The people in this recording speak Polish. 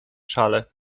szale